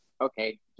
okay